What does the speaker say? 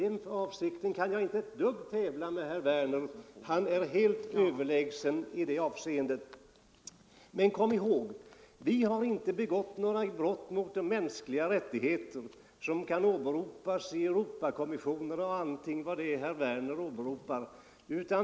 I det avseendet kan jag inte alls tävla med herr Werner, han är helt överlägsen. Men, kom ihåg, vi har inte begått några brott mot de mänskliga rättigheterna som kan åberopas i Europakonventioner eller vad herr Werner talar om.